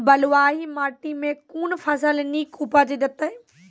बलूआही माटि मे कून फसल नीक उपज देतै?